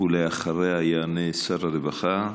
ואחריה יענה שר הרווחה.